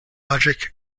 logic